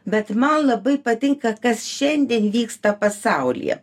bet man labai patinka kas šiandien vyksta pasaulyje